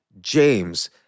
James